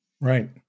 Right